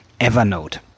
Evernote